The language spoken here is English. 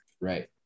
Right